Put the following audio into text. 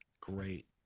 Great